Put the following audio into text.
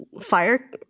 fire